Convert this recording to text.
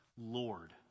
Lord